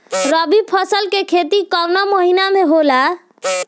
रवि फसल के खेती कवना महीना में होला?